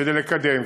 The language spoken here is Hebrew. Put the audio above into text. כדי לקדם.